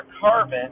carbon